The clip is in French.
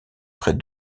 près